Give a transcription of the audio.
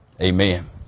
amen